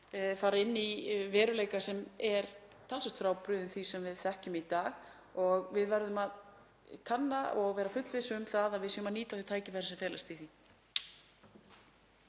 fara inn í veruleika sem er talsvert frábrugðinn því sem við þekkjum í dag og við verðum að kanna og vera fullviss um að við séum að nýta þau tækifæri sem í því